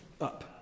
up